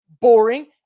boring